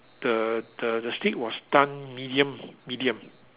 the the the steak was done medium medium